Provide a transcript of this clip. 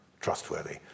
trustworthy